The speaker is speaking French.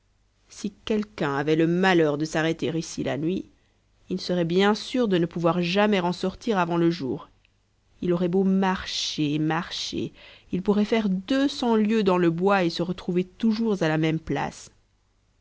si quelqu'un avait le malheur de s'arrêter ici la nuit il serait bien sûr de ne pouvoir jamais en sortir avant le jour il aurait beau marcher marcher il pourrait faire deux cents lieues dans le bois et se retrouver toujours à la même place